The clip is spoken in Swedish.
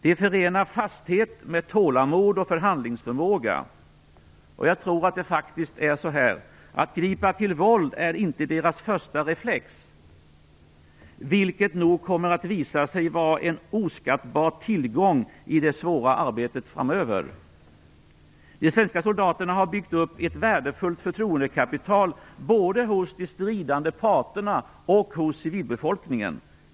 De förenar fasthet med tålamod och förhandlingsförmåga. Att gripa till våld är inte deras första reflex, vilket nog kommer att visa sig vara en oskattbar tillgång i det svåra arbetet framöver. De svenska soldaterna har byggt upp ett värdefullt förtroendekapital, både hos de stridande parterna och hos civilbefolkningen.